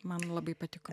man labai patiko